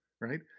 right